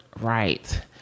Right